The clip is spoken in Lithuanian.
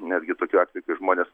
netgi tokių atvejų kai žmonės